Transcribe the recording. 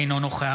אינו נוכח